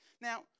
Now